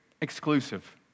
exclusive